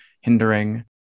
hindering